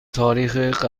تاریخ